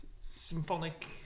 symphonic